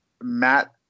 Matt